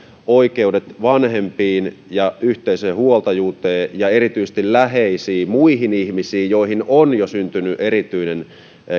oikeudet vanhempiin ja yhteiseen huoltajuuteen ja erityisesti muihin läheisiin ihmisiin joihin on jo syntynyt erityinen